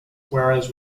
whereas